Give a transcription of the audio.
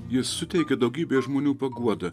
jis suteikia daugybei žmonių paguodą